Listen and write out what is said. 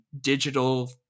digital